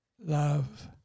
love